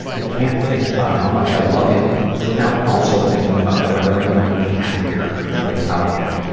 i can't think about how much i love him without also thinking about whether i might be happier without him.